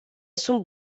sunt